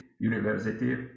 University